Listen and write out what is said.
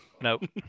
Nope